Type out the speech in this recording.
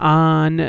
on